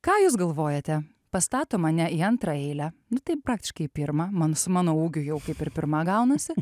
ką jūs galvojate pastato mane į antrą eilę nu tai praktiškai į pirmą man su mano ūgiu jau kaip ir pirma gaunasi